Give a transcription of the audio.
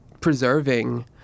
preserving